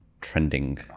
trending